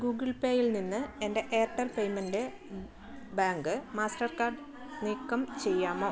Google പേയിൽ നിന്ന് എൻ്റെ എയർടെൽ പേയ്മെൻറ് ബാങ്ക് മാസ്റ്റർകാർഡ് നീക്കം ചെയ്യാമോ